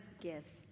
gives